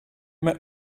met